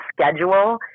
schedule